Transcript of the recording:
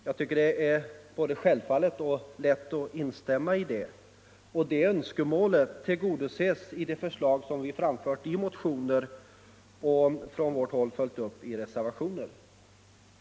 Jag tycker att det är självfallet — det är lätt att instämma i det påpekandet. De önskemålen tillgodoses också i förslag som vi har framfört i motioner och följt upp i reservationer.